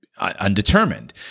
undetermined